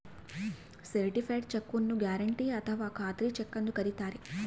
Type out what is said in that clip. certified check ನ್ನು guarantee ಅಥಾವ ಖಾತ್ರಿ ಚೆಕ್ ಎಂದು ಕರಿತಾರೆ